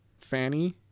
Fanny